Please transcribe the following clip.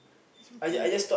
it's okay